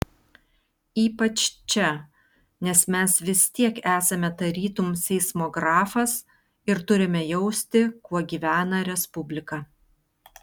ypač čia nes mes vis tiek esame tarytum seismografas ir turime jausti kuo gyvena respublika